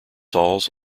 halls